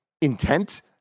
intent